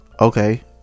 Okay